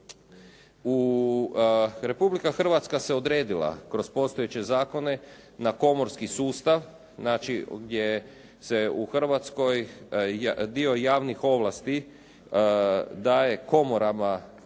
Republika Hrvatska se odredila kroz postojeće zakone na komorski sustav, znači gdje se u Hrvatskoj dio javnih ovlasti daje komorama